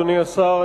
אדוני השר,